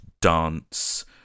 dance